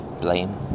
blame